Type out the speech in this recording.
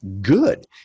Good